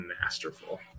masterful